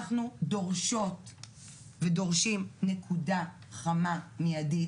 אנחנו דורשות ודורשים נקודה חמה מיידית,